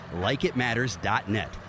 likeitmatters.net